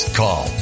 call